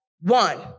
one